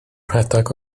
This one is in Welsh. rhedeg